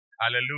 Hallelujah